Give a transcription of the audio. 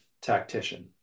tactician